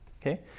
okay